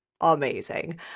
Amazing